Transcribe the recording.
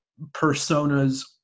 personas